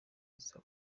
uzaba